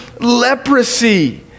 leprosy